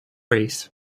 race